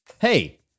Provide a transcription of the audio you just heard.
Hey